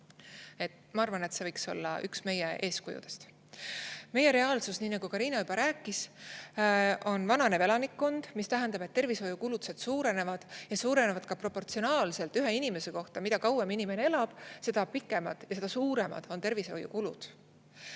Ma arvan, et see võiks olla üks meie eeskujudest. Meie reaalsus, nii nagu Riina juba rääkis, on vananev elanikkond, mis tähendab, et tervishoiukulutused suurenevad ja suurenevad ka proportsionaalselt ühe inimese kohta. Mida kauem inimene elab, seda pikemaajalised ja seda suuremad on tervishoiukulud. Teine